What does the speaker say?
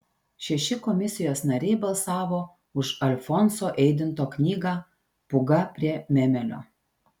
šeši komisijos nariai balsavo už alfonso eidinto knygą pūga prie memelio